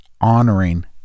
honoring